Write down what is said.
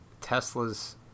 Tesla's